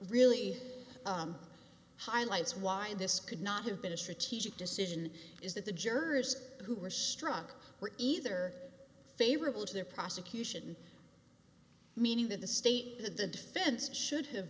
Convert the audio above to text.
really highlights why this could not have been a strategic decision is that the jurors who were struck were either favorable to their prosecution meaning that the state that the defense should have